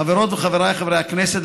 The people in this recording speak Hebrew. חברותיי וחבריי חברי הכנסת,